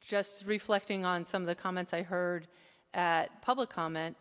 just reflecting on some of the comments i heard that public comment